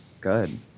Good